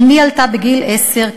אמי עלתה בגיל עשר.